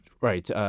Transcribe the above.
right